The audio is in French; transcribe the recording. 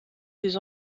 des